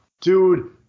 Dude